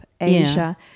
Asia